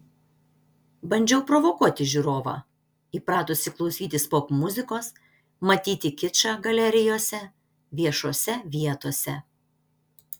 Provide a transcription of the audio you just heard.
bandžiau provokuoti žiūrovą įpratusį klausytis popmuzikos matyti kičą galerijose viešose vietose